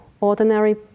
ordinary